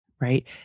right